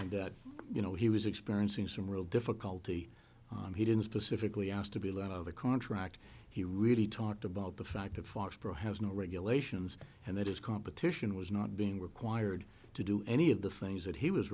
d you know he was experiencing some real difficulty and he didn't specifically asked to be let out of the contract he really talked about the fact that foxboro has no regulations and that is competition was not being required to do any of the things that he was